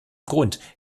grund